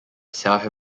south